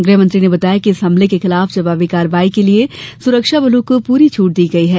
गृहमंत्री ने बताया कि इस हमले के खिलाफ जवाबी कार्यवाही के लिये सुरक्षाबलों को पूरी छूट दी गई है